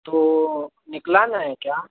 तो निकलवाना है क्या